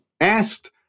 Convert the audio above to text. asked